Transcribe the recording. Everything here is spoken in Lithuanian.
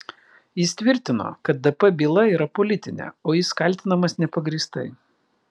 jis tvirtino kad dp byla yra politinė o jis kaltinamas nepagrįstai